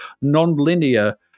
non-linear